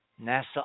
NASA